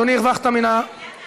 אדוני, הרווחת מן ההפקר.